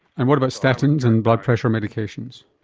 and what about statins and blood pressure medications?